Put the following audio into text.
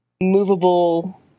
movable